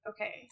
Okay